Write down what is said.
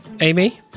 Amy